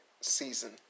season